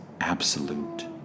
absolute